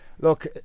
Look